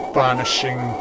banishing